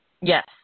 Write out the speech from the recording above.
Yes